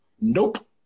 nope